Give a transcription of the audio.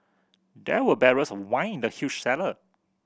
there were barrels of wine in the huge cellar